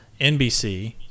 nbc